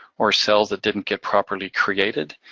or cells that didn't get properly created,